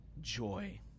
joy